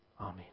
Amen